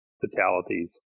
fatalities